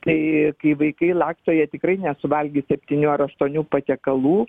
tai kai vaikai laksto jie tikrai nesuvalgys septynių ar aštuonių patiekalų